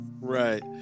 right